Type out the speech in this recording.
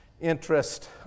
interest